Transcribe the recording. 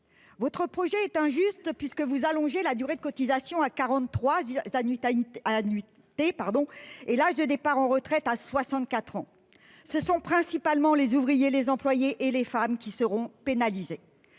Votre projet est injuste, puisque vous portez la durée de cotisation à quarante-trois annuités et l'âge de départ à la retraite à 64 ans. Ce sont principalement les ouvriers, les employés et les femmes qui seront pénalisés.